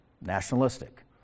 nationalistic